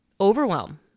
overwhelm